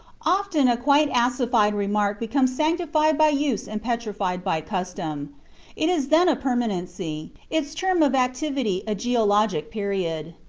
often a quite assified remark becomes sanctified by use and petrified by custom it is then a permanency, its term of activity a geologic period.